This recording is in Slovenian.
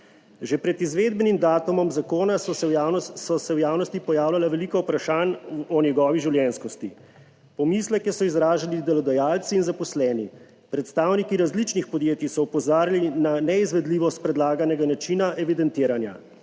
Že pred izvedbenim datumom zakona so se v javnosti pojavljala veliko vprašanj o njegovi življenjskosti. Pomisleke so izražali delodajalci in zaposleni. Predstavniki različnih podjetij so opozarjali na neizvedljivost predlaganega načina evidentiranja.